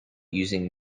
using